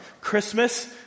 Christmas